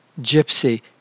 gypsy